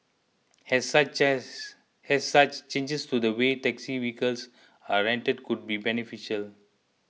as such as as such changes to the way taxi vehicles are rented could be beneficial